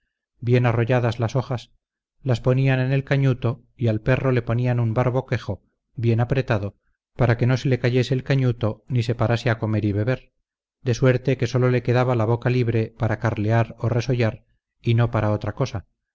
bien arrolladas las hojas las ponían en el cañuto y al perro le ponían un barboquejo bien apretado para que no se le cayese el cañuto ni se parase a comer y beber de suerte que solo le quedaba la boca libre para carlear o resollar y no para otra cosa